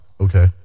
okay